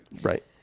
Right